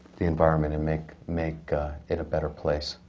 the environment and make make it a better place,